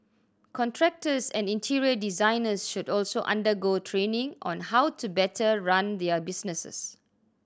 contractors and interior designers should also undergo training on how to better run their businesses